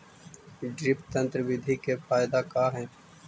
Drip तन्त्र बिधि के फायदा का है?